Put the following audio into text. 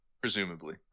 Presumably